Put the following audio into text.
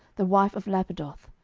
the wife of lapidoth,